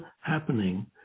happening